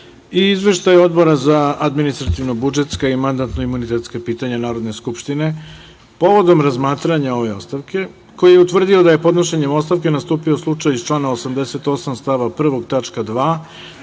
i Izveštaj Odbora za administrativno-budžetska i mandatno-imunitetska pitanja Narodne skupštine, povodom razmatranja ove ostavke, koji je utvrdio da je podnošenjem ostavke nastupio slučaj iz člana 88. stav 1.